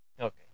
Okay